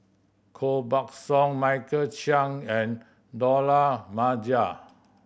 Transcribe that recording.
Koh Buck Song Michael Chiang and Dollah Maja